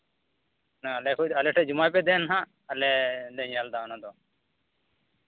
ᱢᱟᱱᱮ ᱟᱞᱮ ᱴᱷᱮᱱ ᱡᱚᱢᱟᱭ ᱯᱮ ᱫᱮᱱ ᱦᱟᱸᱜ ᱟᱞᱮ ᱞᱮ ᱧᱮᱞ ᱮᱫᱟ ᱚᱱᱟ ᱫᱚ